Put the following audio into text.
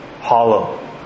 hollow